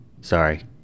Sorry